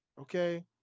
okay